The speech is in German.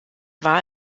war